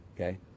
okay